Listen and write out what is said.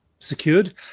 secured